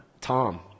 tom